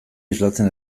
islatzen